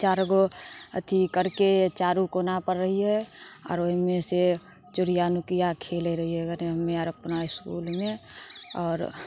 चारिगो अथी करके चारो कोना पर रहियै आओर ओहिमे से चोरिया नुकिया खेले रहियै कनि हमे आर अपना इसकुलमे आओर